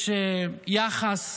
יש יחס